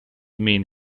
mean